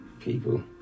people